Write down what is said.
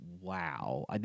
wow